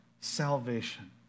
Salvation